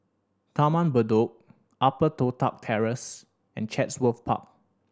Taman Bedok Upper Toh Tuck Terrace and Chatsworth Park